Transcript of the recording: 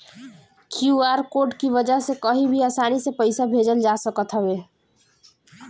QR code के वजह से कही भी आसानी से पईसा भेजल जा सकत हवे